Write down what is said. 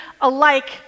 alike